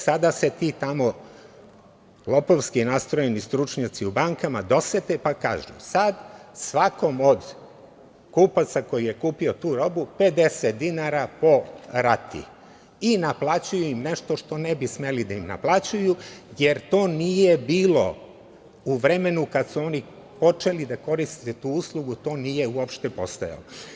Sada se lopovski nastrojeni stručnjaci u bankama dosete pa kažu – sada svakom od kupaca koji je kupio tu robu 50 dinara po rati i naplaćuju im nešto što ne bi smeli da im naplaćuju jer to nije bilo u vremenu kada su oni počeli da koriste tu uslugu, to nije uopšte postojalo.